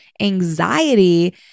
anxiety